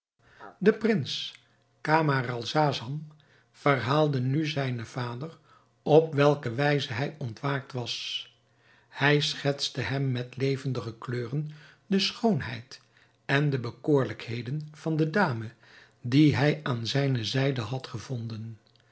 de prins camaralzaman verhaalde nu zijnen vader op welke wijze hij ontwaakt was hij schetste hem met levendige kleuren de schoonheid en de bekoorlijkheden van de dame die hij aan zijne zijde had gevonden